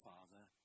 Father